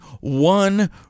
one